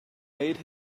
made